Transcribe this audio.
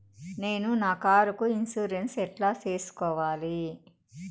నేను నా కారుకు ఇన్సూరెన్సు ఎట్లా సేసుకోవాలి